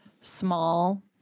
small